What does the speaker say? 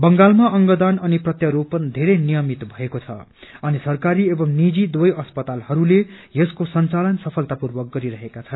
बंगालमा अंगदान अनि प्रत्यारोपण बेरै नियमित भएको छ अनि सरकारी एवं निजी दुवै अस्पतालहरूले यसको संचालन सफलतापूर्वक गरिरहेको छ